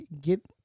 get